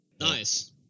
Nice